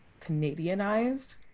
Canadianized